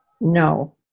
No